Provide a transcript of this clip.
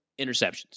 interceptions